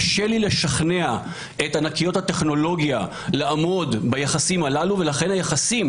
קשה לי לשכנע את ענקיות הטכנולוגיה לעמוד ביחסים הללו ולכן היחסים